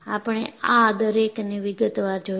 આપણે આ દરેકને વિગતવાર જોઈશું